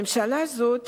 ממשלה זאת